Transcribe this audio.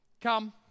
come